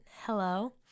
hello